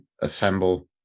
assemble